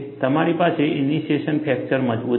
તમારી પાસે initiation fracture મજબૂતી છે